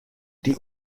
die